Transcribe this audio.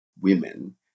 women